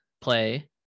play